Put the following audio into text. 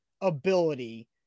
ability